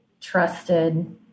trusted